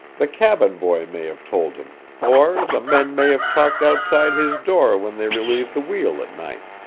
the cabin-boy may have told him, or the men may have talked outside his door when they relieved the wheel at night.